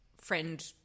friend